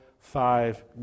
five